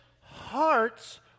hearts